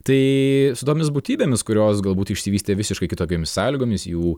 tai su tomis būtybėmis kurios galbūt išsivystė visiškai kitokiomis sąlygomis jų